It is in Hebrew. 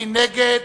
מי נגד?